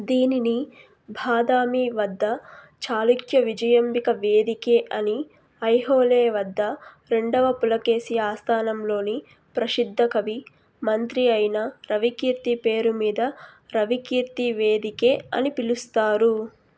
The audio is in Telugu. దీనిని బాదామి వద్ద చాళుక్య విజయాంబిక వేదికే అని ఐహోళే వద్ద రెండవ పులకేశి ఆస్థానంలోని ప్రసిద్ధ కవి మంత్రి అయిన రవికీర్తి పేరు మీద రవికీర్తి వేదికే అని పిలుస్తారు